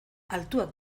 altuak